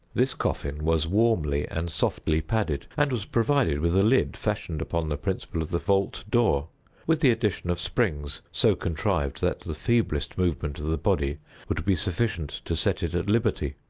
this coffin was warmly and softly padded, and was provided with a lid, fashioned upon the principle of the vault-door, with the addition of springs so contrived that the feeblest movement of the body would be sufficient to set it at liberty.